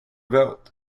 built